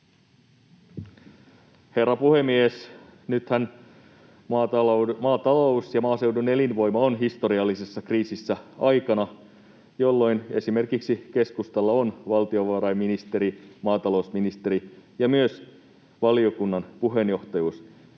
Herra puhemies! Nythän maatalous ja maaseudun elinvoima ovat historiallisessa kriisissä aikana, jolloin esimerkiksi keskustalla on valtiovarainministeri, maatalousministeri ja myös valiokunnan puheenjohtajuus.